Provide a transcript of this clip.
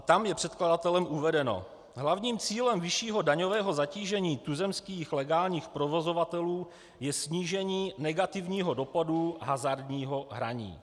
Tam je předkladatelem uvedeno: hlavním cílem vyššího daňového zatížení tuzemských legálních provozovatelů je snížení negativního dopadu hazardního hraní.